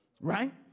Right